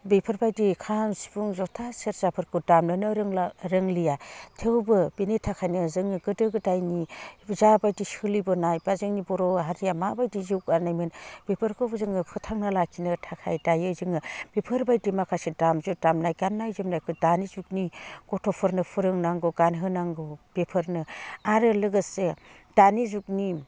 बेफोरबायदि खाम सिफुं जथा सेरजाफोरखौ दामनोनो रोंला रोंलिया थेवबो बिनि थाखायनो जोङो गोदो गोदायनि जा बायदि सोलिबोनाय बा जोंनि बर' हारिया माबायदि जौगानायमोन बेफोरखौबो जोङो फोथांना लाखिनो थाखाय दायो जोङो बेफोरबायदि माखासे दामजु दामनाय गानना जोमनायखौ दानि जुगनि गथ'फोरनो फोरोंनांगौ गानहोनांगौ बेफोरनो आरो लोगोसे दानि जुगनि